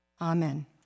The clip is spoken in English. Amen